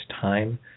time